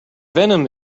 venom